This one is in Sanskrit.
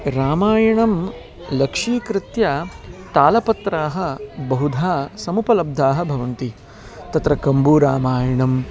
रामायणं लक्षीकृत्य तालपत्राणि बहुधा समुपलब्धानि भवन्ति तत्र कम्बरामायणम्